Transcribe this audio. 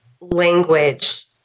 language